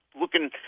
looking